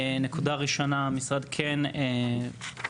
נקודה ראשונה: המשרד כן מציע,